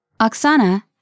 Oksana